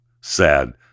sad